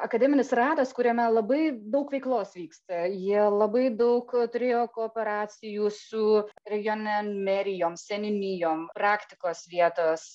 akademinis ratas kuriame labai daug veiklos vyksta jie labai daug turėjo kooperacijų su regione merijom seniūnijom praktikos vietos